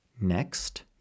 Next